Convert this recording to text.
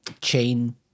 chain